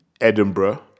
Edinburgh